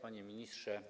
Panie Ministrze!